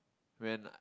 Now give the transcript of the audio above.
when I